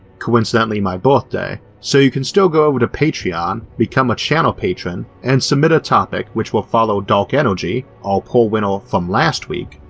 coincidentally my birthday, so you can still go over to patreon, become a channel patron, and submit a topic which will follow dark energy, our poll winner from last week,